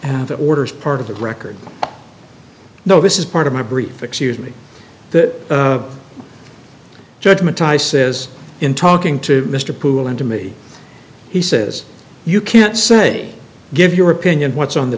the order is part of the record no this is part of my brief excuse me that judgment ty says in talking to mr poole and to me he says you can't say give your opinion what's on the